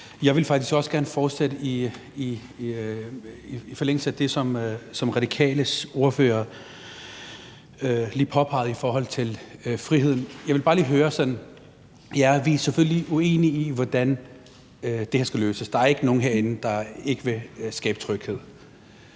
Jeg vil faktisk gerne fortsætte i forlængelse af det, som Radikales ordfører påpegede med hensyn til frihed. Vi er selvfølgelig uenige om, hvordan det her skal løses – der er ikke nogen herinde, der ikke vil skabe tryghed